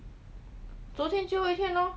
昨天最后一天 lor